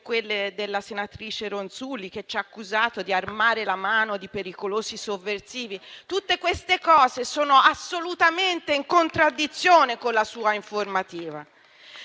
quelle della senatrice Ronzulli, che ci ha accusati di armare la mano di pericolosi sovversivi. Tutte queste cose sono assolutamente in contraddizione con la sua informativa.